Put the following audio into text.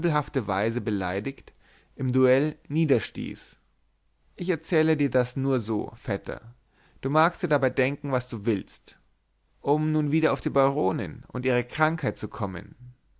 weise beleidigt im duell niederstieß ich erzähle dir das nur so vetter du magst dir dabei denken was du willst um nun wieder auf die baronin und ihre krankheit zu kommen